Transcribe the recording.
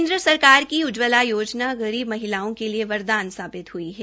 केन्द्र सरकार की उज्जवला योजना गरीब महिलाओं के लिए वरदान साबित हुई है